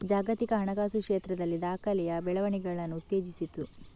ಜಾಗತಿಕ ಹಣಕಾಸು ಕ್ಷೇತ್ರದಲ್ಲಿ ದಾಖಲೆಯ ಬೆಳವಣಿಗೆಯನ್ನು ಉತ್ತೇಜಿಸಿತು